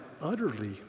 utterly